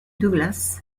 douglas